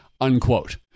unquote